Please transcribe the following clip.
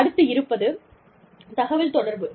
அடுத்து இருப்பது தகவல் தொடர்பு